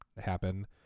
happen